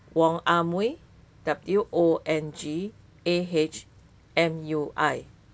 Wong Ah Mui W O N G A H M U I